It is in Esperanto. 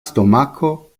stomako